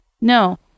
no